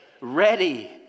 Ready